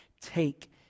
take